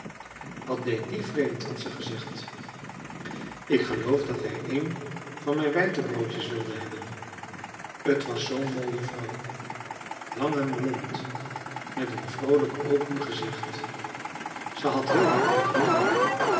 wat deed die vreemd had ze gezegd ik geloof dat hij een van mijn weitebroodjes wilde hebben t was zoo'n mooie vrouw lang en blond met een vroolijk open gezicht ze had heel hartelijk gelachen